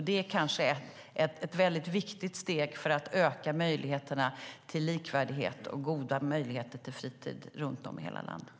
Det är ett viktigt steg för att öka möjligheterna till likvärdighet och goda möjligheter till fritid runt om i hela landet.